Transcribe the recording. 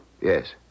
Yes